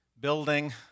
building